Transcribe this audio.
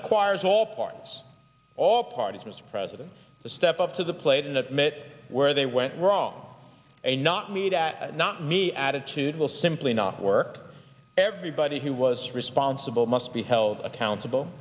requires all parts all parties mr president to step up to the plate and admit where they went wrong and not meet at a not me attitude will simply not work everybody who was responsible must be held accountable